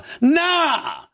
Nah